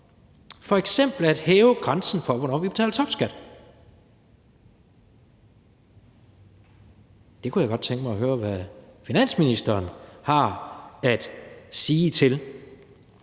om f.eks. at hæve grænsen for, hvornår vi betaler topskat. Det kunne jeg godt tænke mig at høre hvad finansministeren har at sige til.